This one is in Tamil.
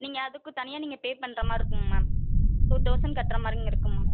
நீங்கள் அதுக்குத் தனியாக நீங்கள் பே பண்ணுற மாதிரி இருக்குங்க மேம் டூ தவுசண்ட் கட்டுற மாதிரிங் இருக்கும் மேம்